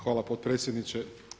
Hvala potpredsjedniče.